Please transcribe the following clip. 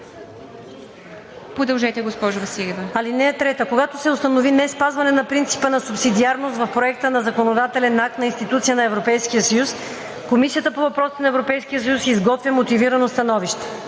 Василева. ДОКЛАДЧИК ВИКТОРИЯ ВАСИЛЕВА: „(3) Когато се установи неспазване на принципа на субсидиарност в проект на законодателен акт на институция на Европейския съюз, Комисията по въпросите на Европейския съюз изготвя мотивирано становище.